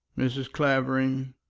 mrs. clavering,